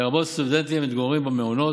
לרבות סטודנטים המתגוררים במעונות,